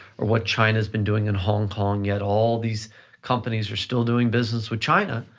or what china has been doing in hong kong, yet, all these companies are still doing business with china,